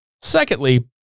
Secondly